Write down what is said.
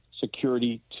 security